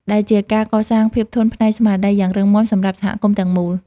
ដែលជាការកសាងភាពធន់ផ្នែកស្មារតីយ៉ាងរឹងមាំសម្រាប់សហគមន៍ទាំងមូល។